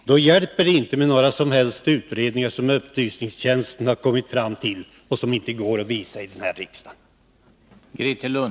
Sedan hjälper det inte med utredningar som upplysningstjänsten har arbetat fram och som inte går att visa här i kammaren.